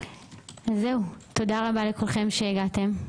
אז זהו, תודה לכולכם שהגעתם.